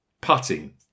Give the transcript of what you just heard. putting